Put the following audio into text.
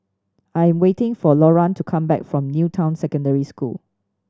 I am waiting for Loran to come back from New Town Secondary School